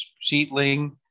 seedling